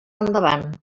endavant